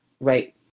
right